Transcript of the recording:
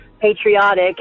patriotic